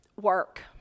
Work